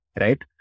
right